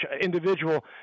individual